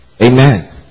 Amen